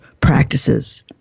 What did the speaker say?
practices